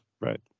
right